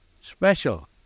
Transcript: Special